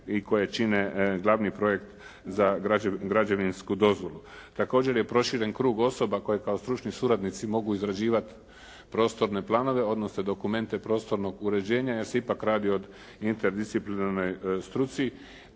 i koje čine glavni projekt za građevinsku dozvolu. Također je proširen krug osoba koje kao stručni suradnici mogu izrađivati prostorne planove odnosno dokumente prostornog uređenja jer se ipak radi o interdisciplinarnoj struci i